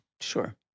Sure